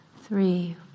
three